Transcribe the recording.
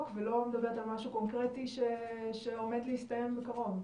ולא מדברת על משהו קונקרטי שעומד להסתיים בקרוב?